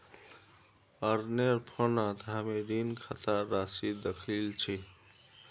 अरनेर फोनत हामी ऋण खातार राशि दखिल छि